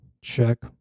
check